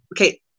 okay